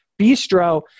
bistro